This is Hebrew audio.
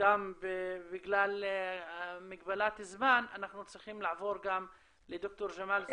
גם בגלל מגבלת זמן לעבור לד"ר זחאלקה.